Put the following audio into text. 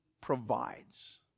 provides